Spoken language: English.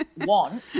want